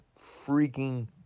freaking